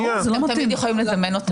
אתם תמיד יכולים לזמן אותנו.